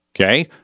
okay